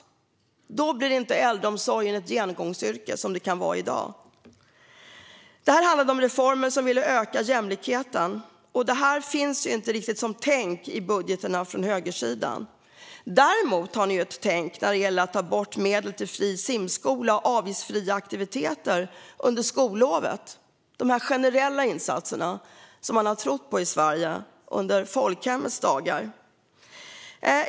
Då blir inte äldreomsorgen ett genomgångsyrke, som det kan vara i dag. Det här handlade om reformer som skulle öka jämlikheten. Det finns inte riktigt som tänk i budgetarna från högersidan. Däremot har ni ett tänk när det gäller att ta bort medel till fri simskola och avgiftsfria aktiviteter under skolloven - de generella insatser som man trott på i Sverige under folkhemmets dagar.